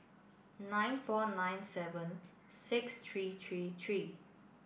nine four nine seven six three three three